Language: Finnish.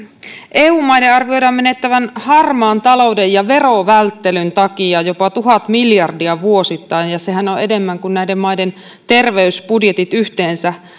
eu maiden arvioidaan menettävän harmaan talouden ja verovälttelyn takia jopa tuhat miljardia vuosittain ja sehän on enemmän kuin näiden maiden terveysbudjetit yhteensä